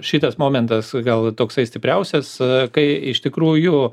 šitas momentas gal toksai stipriausias kai iš tikrųjų